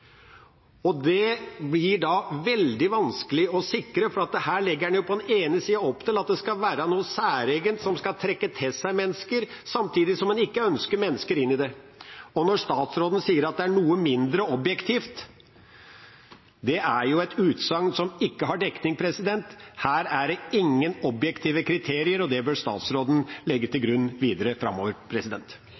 det ikke er mennesker der. Det blir veldig vanskelig å sikre, for her legger man opp til at det skal være noe særegent som skal trekke til seg mennesker, samtidig som en ikke ønsker mennesker inn i det. Når statsråden sier at det er noe mindre objektivt, er det et utsagn som ikke har dekning. Her er det ingen objektive kriterier, og det bør statsråden legge til grunn videre framover.